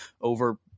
over –